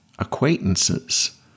acquaintances